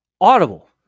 audible